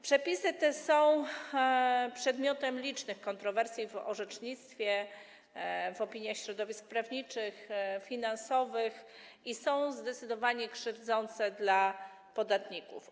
Przepisy te są przedmiotem licznych kontrowersji w orzecznictwie, w opiniach środowisk prawniczych i finansowych i są zdecydowanie krzywdzące dla podatników.